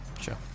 Sure